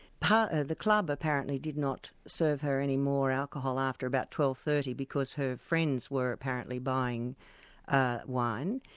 but ah the club apparently did not serve her any more alcohol after about twelve. thirty because her friends were apparently buying ah wine.